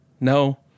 No